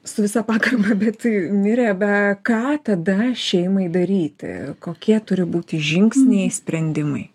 su visa pagarba bet mirė be ką tada šeimai daryti kokie turi būti žingsniai sprendimai